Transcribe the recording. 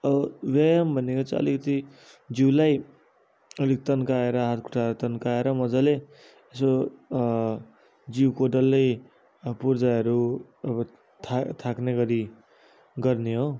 अब व्यायाम भनेको चाहिँ अलिकति जिउलाई अलिक तन्काएर हात खुट्टाहरू तन्काएर मजाले यसो जिउको डल्लै पुर्जाहरू अब था थाक थाक्ने गरी गर्ने हो